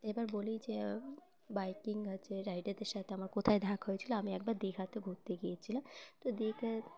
এবার বলি যে বাইকিং আছে রাইডারদের সাথে আমার কোথায় দেখা হয়েছিলো আমি একবার দীঘাতে ঘুরতে গিয়েছিলাম তো দীঘা